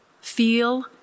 feel